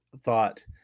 thought